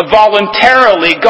voluntarily